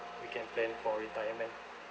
we can plan for retirement